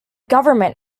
government